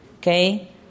Okay